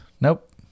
Nope